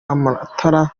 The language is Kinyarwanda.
amatara